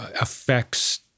affects